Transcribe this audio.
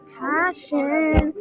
passion